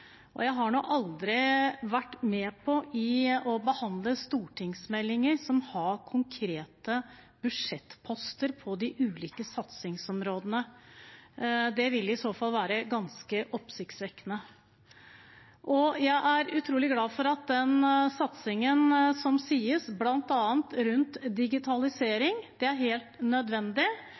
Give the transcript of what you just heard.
satsinger. Jeg har aldri vært med på å behandle stortingsmeldinger som har konkrete budsjettposter på de ulike satsingsområdene. Det ville i så fall være ganske oppsiktsvekkende. Jeg er utrolig glad for den satsingen som det snakkes om, bl.a. rundt digitalisering. Det er helt nødvendig,